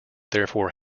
therefore